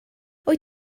wyt